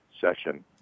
session